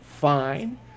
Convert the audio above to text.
fine